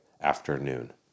afternoon